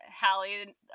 Hallie